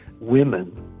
women